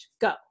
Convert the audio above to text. go